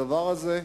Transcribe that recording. הדבר הזה,